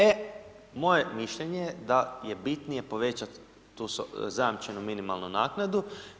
E, moje mišljenje je da je bitnije povećati tu zajamčenu minimalnu naknadu.